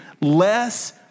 less